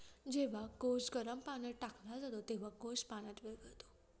जेव्हा कोश गरम पाण्यात टाकला जातो, तेव्हा कोश पाण्यात विरघळतो